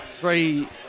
Three